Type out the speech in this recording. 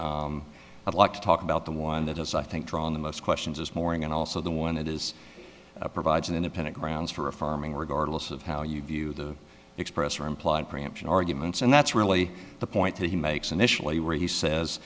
i'd like to talk about the one that has i think drawn the most questions this morning and also the one that is provides an independent grounds for affirming regardless of how you view the express or implied preemption arguments and that's really the point that he makes initially where he says